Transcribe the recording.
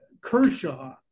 Kershaw